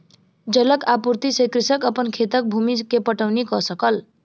जलक आपूर्ति से कृषक अपन खेतक भूमि के पटौनी कअ सकल